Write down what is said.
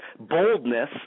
Boldness